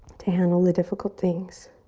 to handle the difficult things